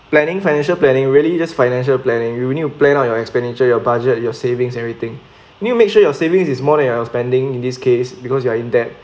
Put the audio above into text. planning financial planning really just financial planning you need to plan out your expenditure your budget your savings everything you make sure your savings is more than your spending in this case because you are in debt